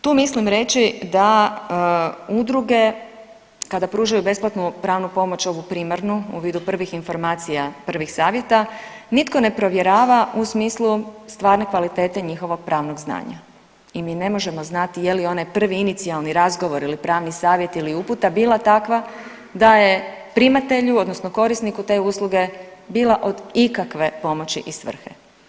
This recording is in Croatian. Tu mislim reći da udruge kada pružaju besplatnu pravnu pomoć ovu primarnu u vidu prvih informacija prvih savjeta nitko ne provjera u smislu stvarne kvalitete njihovog pravnog znanja i mi ne možemo znati je li onaj prvi inicijalni razgovor ili pravni savjet ili uputa bila takva da je primatelju odnosno korisniku te usluge bila od ikakve pomoći i svrhe.